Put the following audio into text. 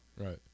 Right